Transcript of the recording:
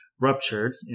ruptured